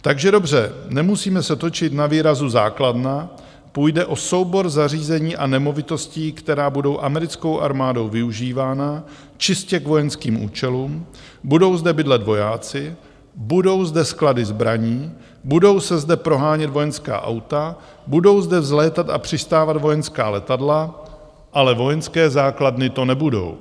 Takže dobře, nemusíme se točit na výrazu základna, půjde o soubor zařízení a nemovitostí, která budou americkou armádou využívána čistě k vojenským účelům, budou zde bydlet vojáci, budou zde sklady zbraní, budou se zde prohánět vojenská auta, budou zde vzlétat a přistávat vojenská letadla, ale vojenské základny to nebudou.